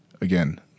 Again